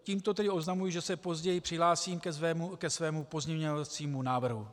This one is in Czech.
Tímto tedy oznamuji, že se později přihlásím ke svému pozměňovacímu návrhu.